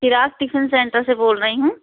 चिराग़ tiffin centre से बोल रही हूँ